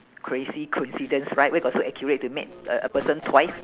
crazy coincidence right where got so accurate to met a a person twice